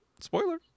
Spoiler